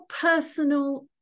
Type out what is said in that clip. personal